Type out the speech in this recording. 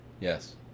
Yes